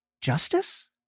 justice